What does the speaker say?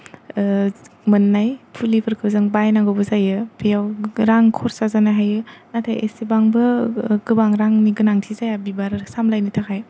मोननाय फुलिफोरखौ जों बायनांगौबो जायो बेयाव रां खरसा जानो हायो नाथाय एसेबांबो गोबां रांनि गोनांथि जाया बिबार सामलायनो थाखाय